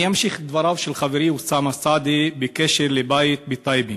אני אמשיך את דבריו של חברי אוסאמה סעדי בקשר לבית בטייבה.